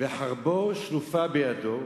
וחרבו שלופה בידו,